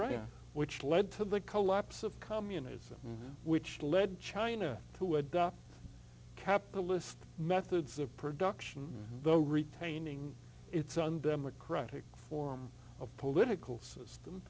right which led to the collapse of communism which led china to adopt capitalist methods of production the retaining its undemocratic form of political system